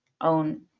own